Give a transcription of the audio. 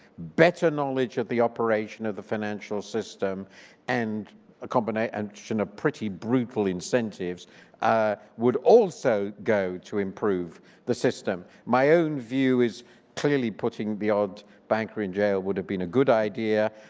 better knowledge of the operation of the financial system and a combination and of pretty brutal incentives would also go to improve the system. my own view is clearly putting beyond banker in jail would have been a good idea